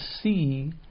see